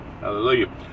Hallelujah